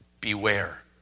Beware